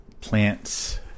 Plants